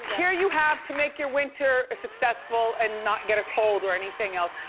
here you have to make your winter successful and not get a cold or anything else.